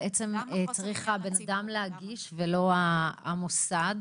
-- למה בעצם צריך הבן-אדם להגיש ולא המוסד,